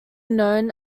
known